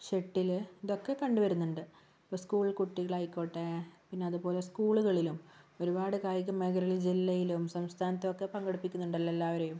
shuttle ഇതൊക്കെ കണ്ടുവരുന്നുണ്ട് ഇപ്പം സ്കൂൾ കുട്ടികളായിക്കോട്ടെ പിന്നെ അതുപോലെ സ്കൂളുകളിലും ഒരുപാട് കായിക മേഖല ജില്ലയിലും സംസ്ഥാനത്തും ഒക്കെ പങ്കെടുപ്പിക്കുന്നുണ്ടല്ലാ എല്ലാവരെയും